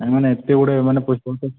ନାହିଁ ମାନେ ଏତେ ଗୁଡ଼ାଏ ମାନେ ପଇସା